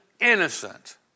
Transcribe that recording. innocent